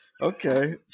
Okay